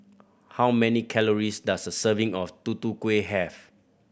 how many calories does a serving of Tutu Kueh have